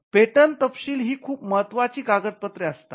patent तपशील ही खूप महत्वाची कागद पत्रे असतात